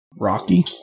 Rocky